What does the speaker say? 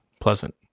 pleasant